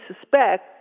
suspect